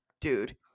dude